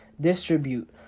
distribute